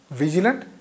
vigilant